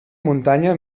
muntanya